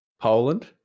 Poland